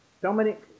Dominic